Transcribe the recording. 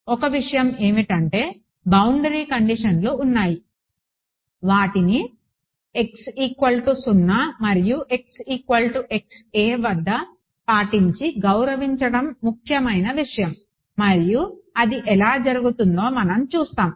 ఒక విషయం ఏమిటంటే బౌండరీ కండిషన్లు ఉన్నాయి వాటిని మరియు వద్ద పాటించి గౌరవించడం ముఖ్యమైన విషయం మరియు అది ఎలా జరుగుతుందో మనం చూస్తాము